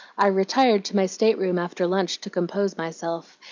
i retired to my state-room after lunch to compose myself,